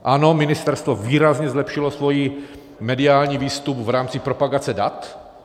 Ano, ministerstvo výrazně zlepšilo svůj mediální výstup v rámci propagace dat.